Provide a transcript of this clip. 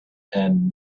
and